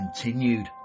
continued